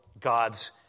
God's